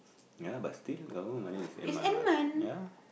yeah but still got a lot of money to send want what yeah